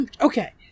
okay